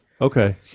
Okay